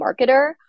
marketer